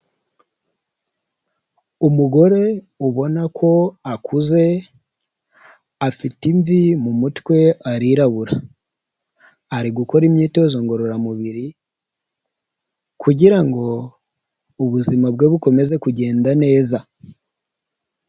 Umugore ubona ko akuze, afite imvi mu mutwe arirabura, ari gukora imyitozo ngororamubiri kugira ngo ubuzima bwe bukomeze kugenda neza.